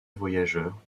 voyageur